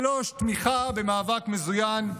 (3) תמיכה במאבק מזוין,